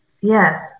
Yes